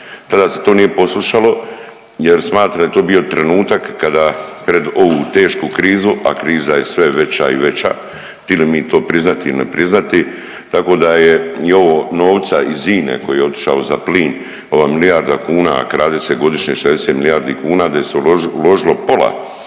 Tada se to nije poslušalo jer smatram da je to bio trenutak kada pred ovu tešku krizu, a kriza je sve veća i veća, tili mi to priznati ili ne priznati, tako da je i ovo novca iz INA-e koji je otišao za plin ova milijarda kuna, a krade se godišnje 60 milijardi kuna da se je uložilo pola